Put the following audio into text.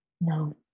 No